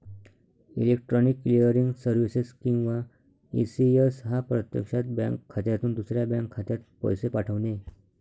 electronic clearing services किंवा ECS हा प्रत्यक्षात बँक खात्यातून दुसऱ्या बँक खात्यात पैसे पाठवणे